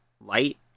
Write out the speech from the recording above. Light